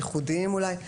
ייחודיים אולי,